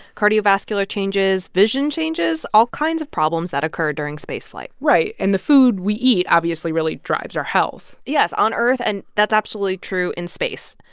cardiovascular changes, vision changes all kinds of problems that occur during spaceflight right. and the food we eat obviously really drives our health yes, on earth, and that's absolutely true in space.